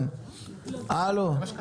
כן, חברים,